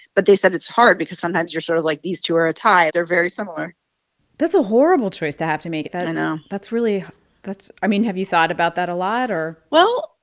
but they said it's hard because sometimes you're sort of like, these two are a tie. they're very similar that's a horrible choice to have to make i know that's really that's i mean, have you thought about that a lot or. well,